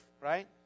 right